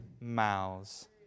mouths